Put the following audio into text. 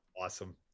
awesome